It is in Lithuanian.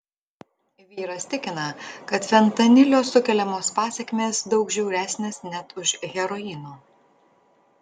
vyras tikina kad fentanilio sukeliamos pasekmės daug žiauresnės net už heroino